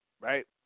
right